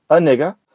a nigga,